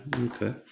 okay